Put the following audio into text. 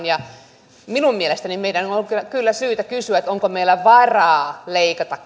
ja minun mielestäni meidän on kyllä kyllä syytä kysyä onko meillä varaa leikata